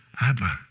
Abba